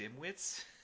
Dimwits